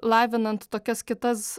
lavinant tokias kitas